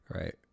right